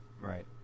right